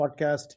podcast